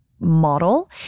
model